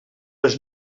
les